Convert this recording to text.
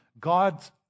God's